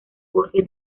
jorge